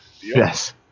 Yes